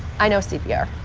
i know cpr,